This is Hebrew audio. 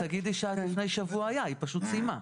כן.